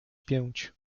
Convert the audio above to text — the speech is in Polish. pięć